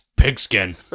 Pigskin